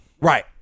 Right